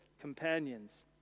companions